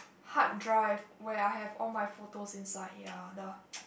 hard drive where I have all my photos inside ya the